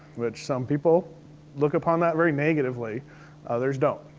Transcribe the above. which some people look upon that very negatively others don't.